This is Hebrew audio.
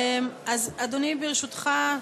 אדוני, ברשותך,